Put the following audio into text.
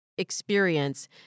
experience